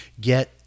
get